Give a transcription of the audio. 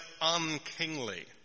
unkingly